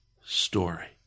story